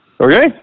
Okay